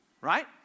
Right